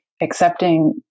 accepting